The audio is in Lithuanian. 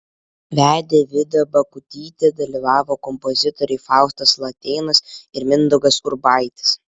vedė vida bakutytė dalyvavo kompozitoriai faustas latėnas ir mindaugas urbaitis